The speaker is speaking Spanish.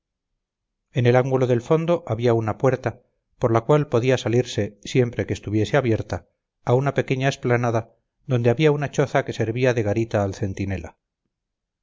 en el ángulo del fondo había una puerta por la cual podía salirse siempre que estuviese abierta a una pequeña explanada donde había una choza que servía de garita al centinela